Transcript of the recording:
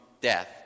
death